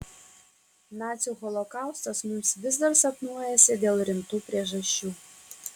nacių holokaustas mums vis dar sapnuojasi dėl rimtų priežasčių